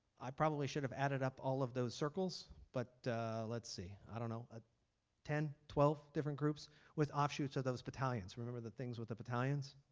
i probably should have added up all those circles but let's see i don't know. ah ten, twelve different groups with offshoots of those battalions remember the things with battalions?